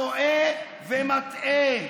מי שאומר שאין להכליל טועה ומטעה.